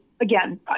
again